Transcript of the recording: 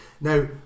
now